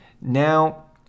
now